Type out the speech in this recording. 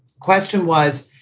question was,